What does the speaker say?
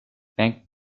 bank